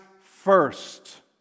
first